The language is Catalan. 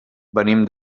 venim